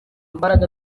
mbaraga